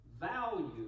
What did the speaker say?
value